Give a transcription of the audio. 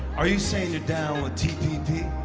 are you saying you're down with tpp?